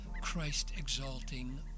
Christ-exalting